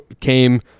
came